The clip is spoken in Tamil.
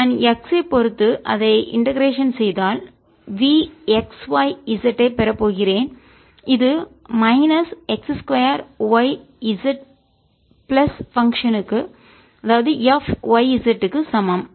நான் x ஐ பொறுத்து அதை இண்டெகரேஷன் செய்தால் Vxyz ஐ பெறப் போகிறேன்இது minus x 2 yz plus function f க்கு சமம்